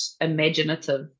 imaginative